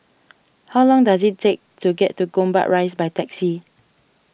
how long does it take to get to Gombak Rise by taxi